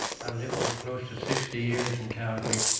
i've lived here close to sixty years in calgary.